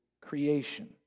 creation